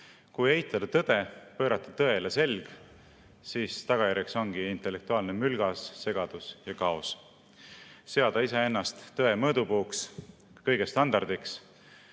Kui eitada tõde, pöörata tõele selg, siis tagajärjeks ongi intellektuaalne mülgas, segadus ja kaos. Kui seada iseennast tõe mõõdupuuks, kõige standardiks